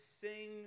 sing